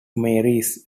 marys